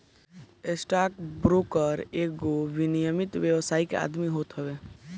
stock broker एगो विनियमित व्यावसायिक आदमी होत हवे